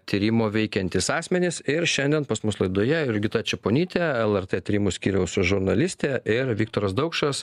tyrimo veikiantys asmenys ir šiandien pas mus laidoje jurgita čeponytė lrt tyrimų skyriaus žurnalistė ir viktoras daukšas